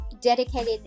dedicated